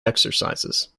exercises